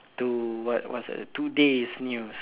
to what what's that Today's news